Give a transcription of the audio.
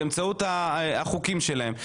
באמצעות החוקים שלהם.